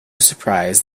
surprise